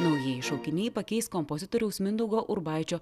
naujieji šaukiniai pakeis kompozitoriaus mindaugo urbaičio